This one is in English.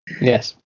Yes